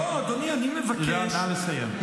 לא, נא לסיים.